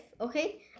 okay